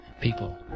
people